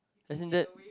isn't that